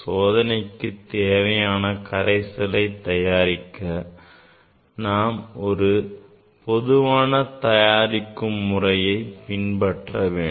சோதனைக்கு தேவையான கரைசலை தயாரிக்க நாம் ஒரு பொதுவான தயாரிக்கும் முறையை பின்பற்ற வேண்டும்